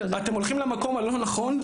אתם הולכים למקום הלא נכון,